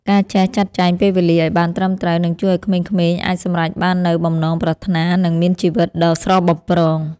ការចេះចាត់ចែងពេលវេលាឱ្យបានត្រឹមត្រូវនឹងជួយឱ្យក្មេងៗអាចសម្រេចបាននូវបំណងប្រាថ្នានិងមានជីវិតដ៏ស្រស់បំព្រង។